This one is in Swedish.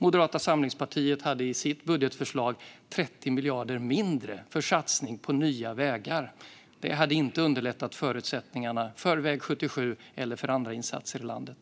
Moderata samlingspartiet hade i sitt budgetförslag 30 miljarder mindre för satsning på nya vägar. Det hade inte underlättat förutsättningarna för väg 77 eller andra insatser i landet.